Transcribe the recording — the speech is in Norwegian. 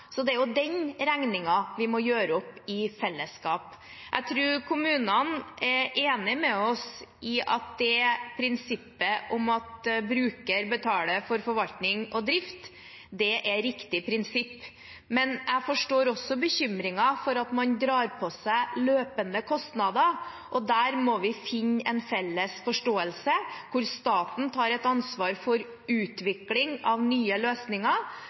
Det er jo den regningen vi må gjøre opp i fellesskap. Jeg tror kommunene er enig med oss i at prinsippet om at bruker betaler for forvaltning og drift, er riktig prinsipp, men jeg forstår også bekymringen for at man drar på seg løpende kostnader. Der må vi finne en felles forståelse hvor staten tar et ansvar for utvikling av nye løsninger,